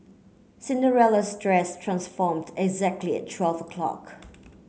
Cinderella's dress transformed exactly at twelve o'clock